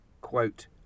quote